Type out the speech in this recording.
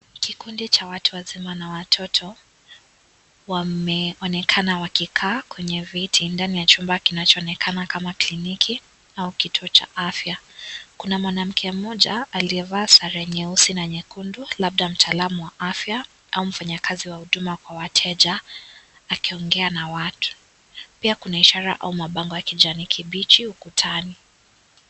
Kikundi cha watu wazima na watoto wameonekana wakikaa kwenye viti ndani ya chumba kinacho onekana kama kliniki au kituo cha afya kuna mwanamke mmoja aliyevaa sare nyeusi na nyekundu labda mtaalamu wa afya au mfanyikazi wa huduma kwa wateja akiongea na watu pia kuna ishara au mabango ya kijani kibichi ukutani.